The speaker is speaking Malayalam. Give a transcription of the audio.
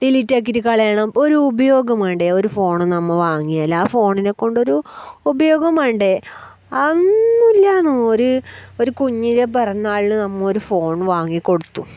ഡിലീറ്റ് ആക്കിയിട്ട് കളയണം ഒരു ഉപയോഗം വേണ്ടേ ഒരു ഫോൺ നമ്മൾ വാങ്ങിയാൽ ആ ഫോണിനെക്കൊണ്ട് ഒരു ഉപയോഗം വേണ്ടേ അതൊന്നുമില്ലെന്ന് ഒരു ഒരു കുഞ്ഞിനെ പിറന്നാളിന് നമ്മൾ ഒരു ഫോൺ വാങ്ങിക്കൊടുത്തു